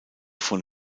von